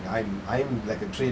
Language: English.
mm